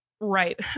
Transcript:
Right